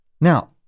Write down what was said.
Now